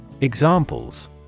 Examples